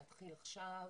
להתחיל עכשיו,